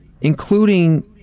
including